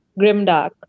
grimdark